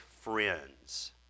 friends